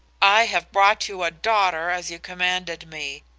i have brought you a daughter as you commanded me.